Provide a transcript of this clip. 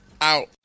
Out